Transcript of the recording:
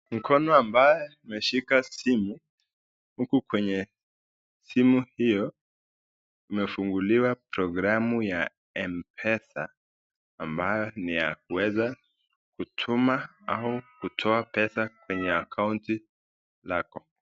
Mkono ambaye meshika simu huku kwenye simu hiyo kumefunguliwa programu ya mpesa ambayo ni ya kuweza kutuma au kutoa pesa kwenye akaunti lako.